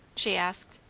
she asked.